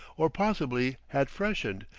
or, possibly, had freshened.